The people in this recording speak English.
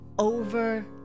over